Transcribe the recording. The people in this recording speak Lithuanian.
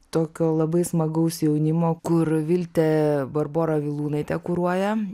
tokio labai smagaus jaunimo kur viltė barbora vilūnaitė kuruoja